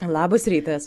labas rytas